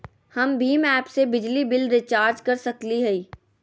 हम भीम ऐप से बिजली बिल रिचार्ज कर सकली हई?